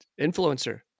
Influencer